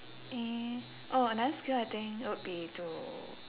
eh oh a nice kind of thing it will be to